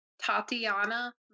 Tatiana